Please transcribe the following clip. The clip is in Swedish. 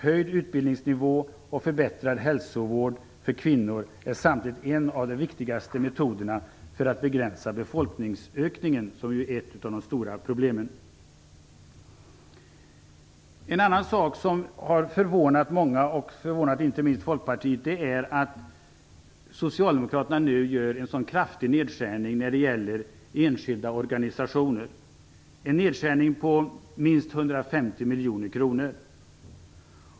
Höjd utbildningsnivå och förbättrad hälsovård för kvinnor är sannolikt en av de viktigaste metoderna för att begränsa befolkningsökningen, som ju är ett av de stora problemen. En annan sak som har förvånat många och inte minst Folkpartiet är att Socialdemokraterna nu gör en så kraftig nedskärning när det gäller enskilda organisationer, en nedskärning på minst 150 miljoner kronor.